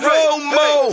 Romo